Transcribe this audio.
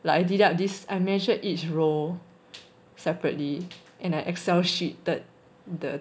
like I did up this I measured each roll separately in an excel sheet the the